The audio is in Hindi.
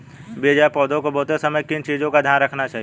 बीज या पौधे को बोते समय किन चीज़ों का ध्यान रखना चाहिए?